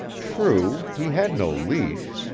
true, he had no leash.